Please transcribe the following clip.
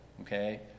okay